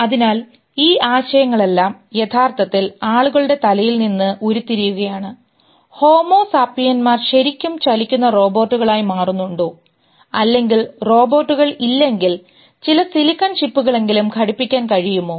അതിനാൽ ഈ ആശയങ്ങളെല്ലാം യഥാർത്ഥത്തിൽ ആളുകളുടെ തലയിൽ നിന്ന് ഉരുത്തിരിയുകയാണ് ഹോമോ സാപ്പിയൻമാർ ശരിക്കും ചലിക്കുന്ന റോബോട്ടുകളായി മാറുന്നുണ്ടോ അല്ലെങ്കിൽ റോബോട്ടുകൾ ഇല്ലെങ്കിൽ ചില സിലിക്കൺ ചിപ്പുകളെങ്കിലും ഘടിപ്പിക്കാൻ കഴിയുമോ